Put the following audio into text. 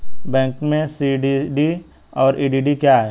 Banking में CDD और EDD क्या हैं?